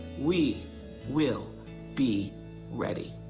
we will be ready.